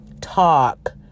talk